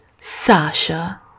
Sasha